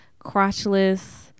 crotchless